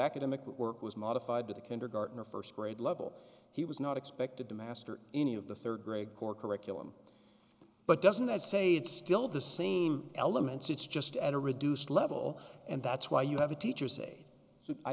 academic work was modified to the kindergarten or st grade level he was not expected to master any of the rd grade core curriculum but doesn't that say it's still the same elements it's just at a reduced level and that's why you have a teacher say